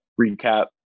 recap